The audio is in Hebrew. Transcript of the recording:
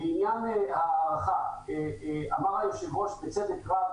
לעניין ההארכה אמר היושב-ראש בצדק רב